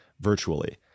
virtually